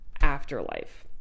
afterlife